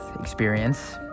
experience